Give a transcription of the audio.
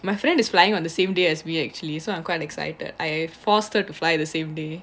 my friend is flying on the same day as we actually so I'm quite excited I forced her to fly the same day